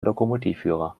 lokomotivführer